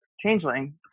Changeling